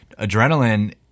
adrenaline